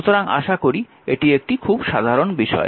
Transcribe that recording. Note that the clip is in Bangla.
সুতরাং আশা করি এটি একটি খুব সাধারণ বিষয়